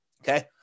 Okay